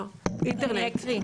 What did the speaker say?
באינטרנט.